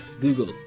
google